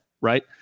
right